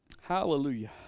Hallelujah